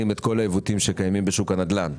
את כל העיוותים שקיימים בשוק הנדל"ן,